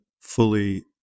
fully